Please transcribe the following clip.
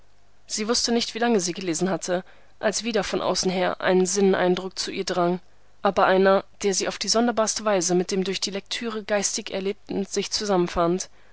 sie wußte nicht wie lange sie gelesen hatte als wieder von außen her ein sinneneindruck zu ihr drang aber einer der auf die sonderbarste weise mit dem durch die lektüre geistig erlebten sich